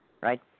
right